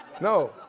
No